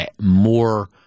more